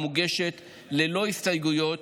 המוגשת ללא הסתייגויות,